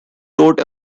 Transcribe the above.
wrote